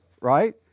right